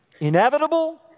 inevitable